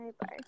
bye